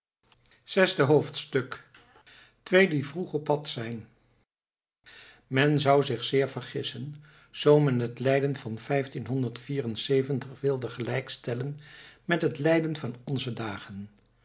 zesde hoofdstuk twee die vroeg op pad zijn men zou zich zeer vergissen zoo men het leiden van wilde gelijk stellen met het leiden van onze dagen